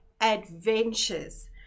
adventures